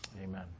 amen